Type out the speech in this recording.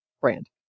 brand